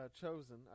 chosen